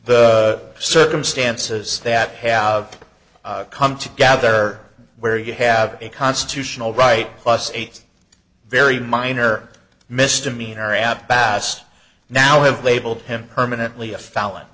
the circumstances that have come together where you have a constitutional right plus eight very minor misdemeanor at bass now have labelled him permanently a felon